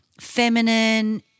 feminine